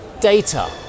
data